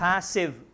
Passive